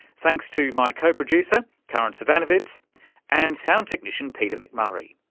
thanks to my co-producer karin zsivanovits and sound technician peter mcmurray.